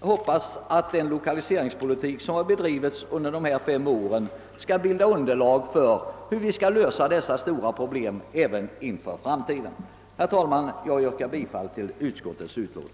hoppas att den lokaliseringspolitik som har bedrivits under dessa fem år skall bilda underlag för en lösning av dessa stora problem även för framtiden. Herr talman! Jag ber att få yrka bifall till utskottets hemställan.